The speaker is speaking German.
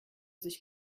sich